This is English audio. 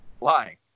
Lying